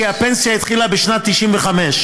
כי הפנסיה התחילה בשנת 1995,